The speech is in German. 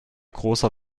großer